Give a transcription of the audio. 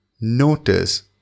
Notice